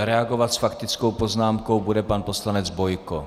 Reagovat s faktickou poznámkou bude pan poslanec Bojko.